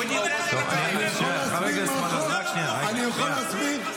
--- אני יכול להסביר מה החוק?